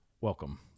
welcome